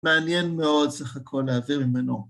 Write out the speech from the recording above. מעניין מאוד סך הכל להעביר ממנו.